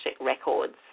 Records